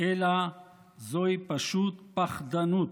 אלא שזוהי פשוט פחדנות,